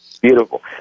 Beautiful